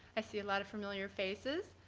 i see a lot of familiar faces.